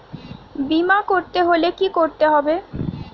বিমা করতে হলে কি করতে হবে?